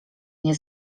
nie